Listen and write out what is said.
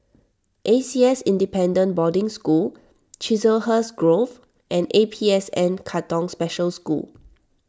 A C S Independent Boarding School Chiselhurst Grove and A P S N Katong Special School